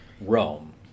rome